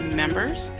members